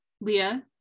Leah